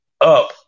up